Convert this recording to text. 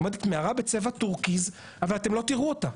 עומדת מערה בצבע טורקיז אבל אתם לא תראו אותה,